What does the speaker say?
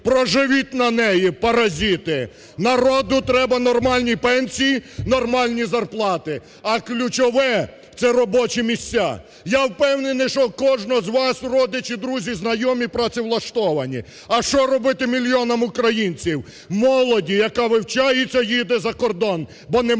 проживіть на неї, паразити! Народу треба нормальні пенсії, нормальні зарплати, а ключове – це робочі місця. Я впевнений, що у кожного з вас родичі, друзі, знайомі працевлаштовані, а що робити мільйонам українців, молоді, яка вивчається і їде за кордон, бо немає